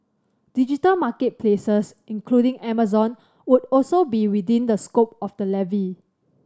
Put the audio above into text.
digital market places including Amazon would also be within the scope of the levy